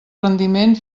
rendiment